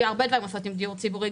היו הרבה דברים לעשות עם דיור ציבורי.